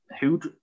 who'd